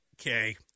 Okay